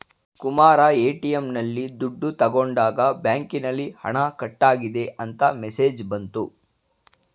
Kumara ATM ನಲ್ಲಿ ದುಡ್ಡು ತಗೊಂಡಾಗ ಬ್ಯಾಂಕಿನಲ್ಲಿ ಹಣ ಕಟ್ಟಾಗಿದೆ ಅಂತ ಮೆಸೇಜ್ ಬಂತು